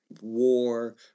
war